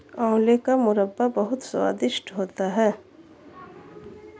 आंवले का मुरब्बा बहुत स्वादिष्ट होता है